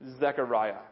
Zechariah